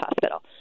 Hospital